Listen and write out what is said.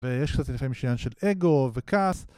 ויש קצת לפעמים יש עניין של אגו וכעס